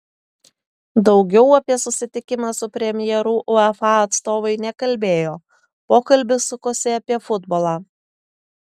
daugiau apie susitikimą su premjeru uefa atstovai nekalbėjo pokalbis sukosi apie futbolą